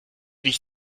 dich